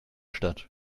statt